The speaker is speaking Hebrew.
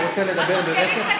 אני רוצה לדבר ברצף.